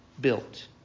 built